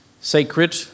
Sacred